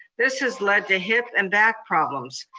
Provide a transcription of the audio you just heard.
this has lead to hip and back problems.